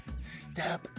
Step